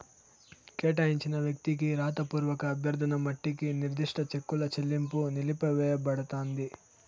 కేటాయించిన వ్యక్తికి రాతపూర్వక అభ్యర్థన మట్టికి నిర్దిష్ట చెక్కుల చెల్లింపు నిలిపివేయబడతాంది